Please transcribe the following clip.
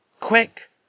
Quick